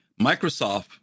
Microsoft